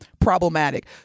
problematic